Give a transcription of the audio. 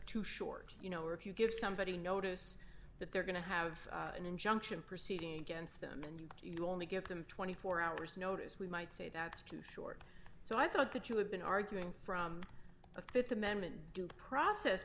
too short you know if you give somebody notice that they're going to have an injunction proceeding against them and you only give them twenty four hours notice we might say that's truthful so i thought that you have been arguing from a th amendment due process